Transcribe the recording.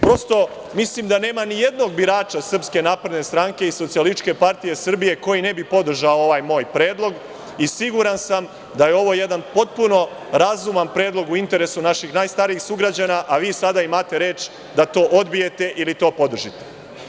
Prosto mislim da nema ni jednog birača SNS i SPS koji ne bi podržao ovaj moj predlog i siguran sam da je ovo jedan potpuno razuman predlog u interesu naših najstarijih sugrađana, a vi sada imate reč da to odbijete ili to podržite.